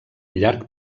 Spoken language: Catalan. llarg